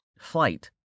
flight